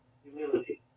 humility